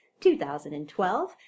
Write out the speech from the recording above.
2012